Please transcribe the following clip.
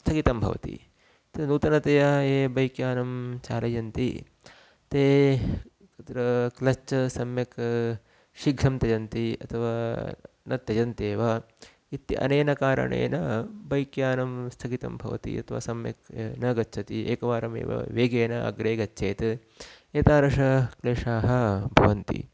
स्थगितं भवति नूतनतयानं ये बैक्यानं चालयन्ति ते तत्र क्लच् सम्यक् शीघ्रं त्यजन्ति अथवा न त्यजन्तेव अनेन कारणेन बैक्यानं स्थगितं भवति अथवा सम्यक् न गच्छति एकवारमेव वेगेन अग्रे गच्छेत् एतादृशाः क्लेशाः भवन्ति